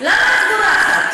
למה את בורחת,